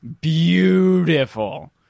beautiful